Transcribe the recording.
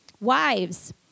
Wives